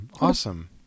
Awesome